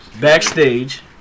Backstage